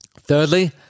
Thirdly